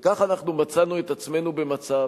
וכך אנחנו מצאנו את עצמנו במצב